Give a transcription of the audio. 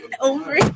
over